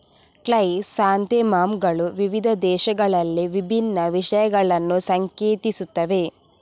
chrysanthemum ಗಳು ವಿವಿಧ ದೇಶಗಳಲ್ಲಿ ವಿಭಿನ್ನ ವಿಷಯಗಳನ್ನು ಸಂಕೇತಿಸುತ್ತವೆ